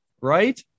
Right